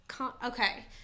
Okay